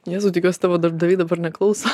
jėzau tikiuos tavo darbdaviai dabar neklauso